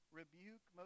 rebuke